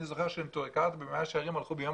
אני זוכר שנטורי קרתא במאה שערים הלכו ביום